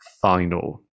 final